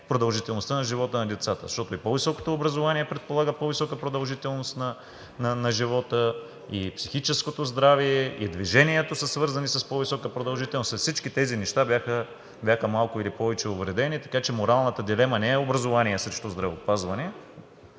продължителността на живота на децата, защото и по-високото образование предполага по висока продължителност на живота, и психическото здраве, и движението са свързани с по висока продължителност. А всички тези неща бяха малко или повече увредени, така че моралната дилема не е образование срещу здравеопазване,